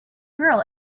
girl